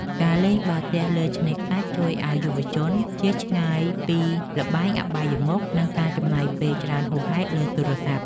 ការលេងបាល់ទះលើឆ្នេរខ្សាច់ជួយឱ្យយុវជន ជៀសឆ្ងាយពីល្បែងអបាយមុខ និងការចំណាយពេលច្រើនហួសហេតុលើទូរស័ព្ទ។